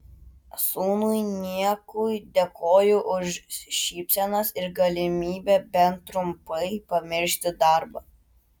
sūnui niekui dėkoju už šypsenas ir galimybę bent trumpai pamiršti darbą